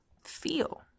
feel